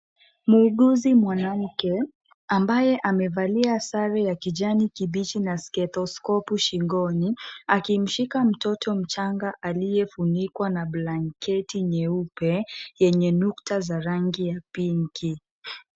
Muuguzi mwanamke ambaye amevalia sare ya kijani kibichi na stethoscope shingoni akimshika mtoto mchanga aliyefunikwa na blanketi nyeupe yenye nukta za rangi ya pink.